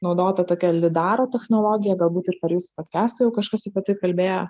naudota tokia lidaro technologija galbūt ir per jūsų podkastą jau kažkas apie tai kalbėjo